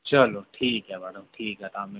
ते चलो ठीक ऐ तां ठीक आं में